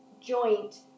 joint